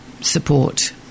support